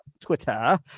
Twitter